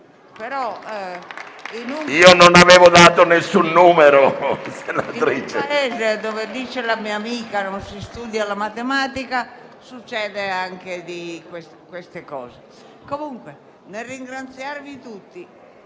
Non avevo dato alcun numero, senatrice.